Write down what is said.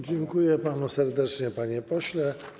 Dziękuję panu serdecznie, panie pośle.